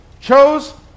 chose